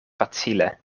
facile